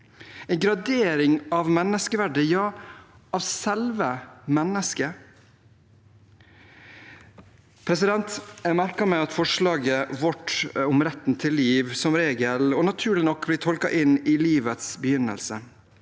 en gradering av menneskeverdet, ja, av selve mennesket. Jeg merker meg at forslaget vårt om retten til liv som regel – og naturlig nok – blir tolket inn i livets begynnelse.